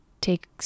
take